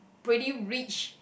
pretty rich